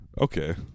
Okay